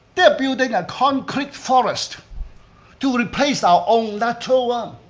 they're building a concrete forest to replace our own natural one.